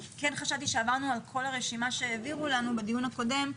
כן חשבתי שעברנו על כל הרשימה שהעבירו לנו בדיון הקודם.